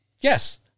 Yes